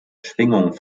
schwingung